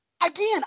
Again